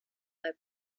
their